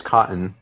Cotton